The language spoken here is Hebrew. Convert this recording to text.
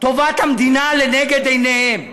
טובת המדינה לנגד עיניהם.